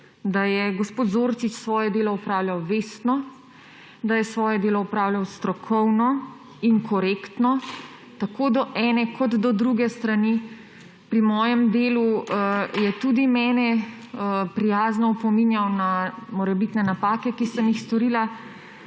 da je gospod Zorčič svoje delo opravljal vestno, da je svoje delo opravljal strokovno in korektno tako do ene kot do druge strani. Pri mojem delu je tudi mene prijazno opominjal na morebitne napake, ki sem jih storila.